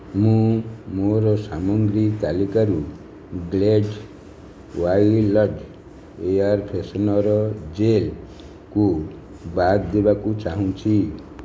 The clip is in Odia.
ମୁଁ ମୋର ସାମଗ୍ରୀ ତାଲିକାରୁ ଗ୍ଲେଡ଼୍ ୱାଇଲ୍ଡ୍ ଏୟାର୍ ଫ୍ରେଶ୍ନର୍ ଜେଲ୍କୁ ବାଦ୍ ଦେବାକୁ ଚାହୁଁଛି